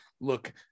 look